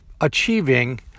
achieving